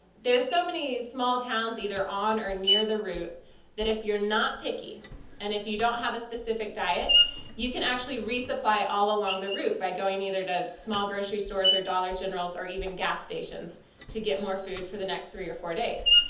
there are so many small towns either on or near the route that if you're not picky and if you don't have a specific diet you can actually resupply all along the route by going either to small grocery stores or dollar generals or even gas stations to get more food for the next three or four days.